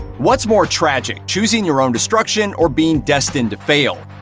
what's more tragic? choosing your own destruction, or being destined to fail?